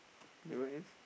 do you want